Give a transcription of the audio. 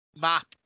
map